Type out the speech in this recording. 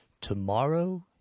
Tomorrow